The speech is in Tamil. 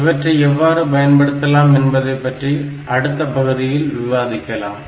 இவற்றை எவ்வாறு பயன்படுத்தலாம் என்பதைப்பற்றி அடுத்த பகுதியில் விவாதிக்கலாம்